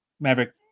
maverick